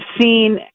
seen